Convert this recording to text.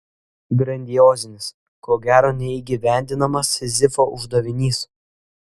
grandiozinis ko gero neįgyvendinamas sizifo uždavinys